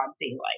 daylight